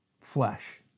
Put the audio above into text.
flesh